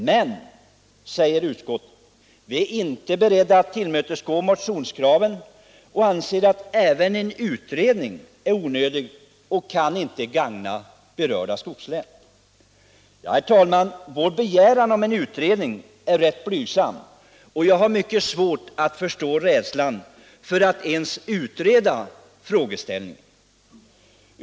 Men utskottet är inte berett att tillmötesgå motionskraven och anser att även en utredning är onödig och inte kan gagna berörda skogslän. Herr talman! Vår begäran om en utredning är rätt blygsam, och jag har mycket svårt att förstå rädslan för att ens utreda frågeställningen.